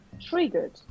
triggered